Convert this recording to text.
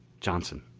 johnson.